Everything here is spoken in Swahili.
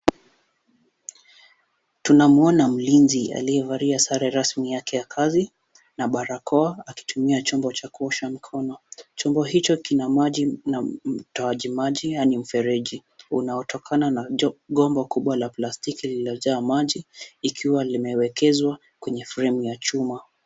Tunamwona mlinzi aliyevalia sare rasmi yake ya kazi na barakoa akitumia chombo cha kuosha mikono ,chombo hicho kina maji na mtoaji maji yaani mfereji ,unaotokana na gombo kubwa la plastiki lililojaa maji likiwa limewekezwa kwenye mfereji wa chuma.